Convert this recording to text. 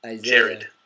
Jared